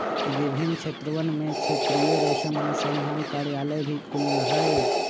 विभिन्न क्षेत्रवन में क्षेत्रीय रेशम अनुसंधान कार्यालय भी खुल्ल हई